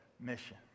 mission